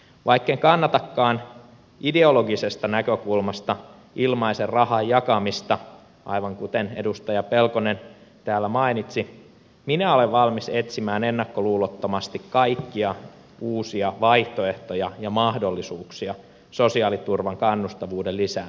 vaikken kannatakaan ideologisesta näkökulmasta ilmaisen rahan jakamista aivan kuten edustaja pelkonen täällä mainitsi siitä minä olen valmis etsimään ennakkoluulottomasti kaikkia uusia vaihtoehtoja ja mahdollisuuksia sosiaaliturvan kannustavuuden lisäämiseksi